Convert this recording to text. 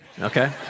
okay